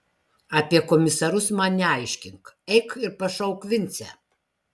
apie komisarus man neaiškink eik ir pašauk vincę